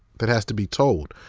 that has to be told.